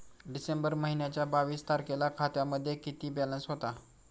डिसेंबर महिन्याच्या बावीस तारखेला खात्यामध्ये किती बॅलन्स होता?